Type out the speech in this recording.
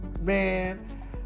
man